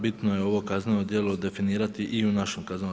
Bitno je ovo kazneno djelo definirati i u našem KZ.